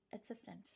assistant